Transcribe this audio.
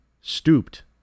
stooped